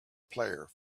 player